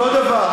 אותו דבר.